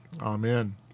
Amen